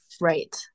Right